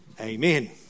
Amen